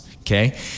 Okay